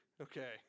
Okay